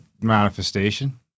manifestation